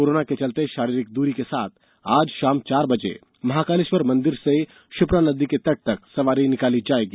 corona के चलते शारीरिक दूरी के साथ आज शाम चार बजे महाकालेश्वर मंदिर से क्षिप्रा नदी के तट तक सवारी निकाली जायेगी